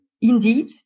indeed